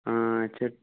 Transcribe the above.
اَچھا